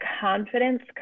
confidence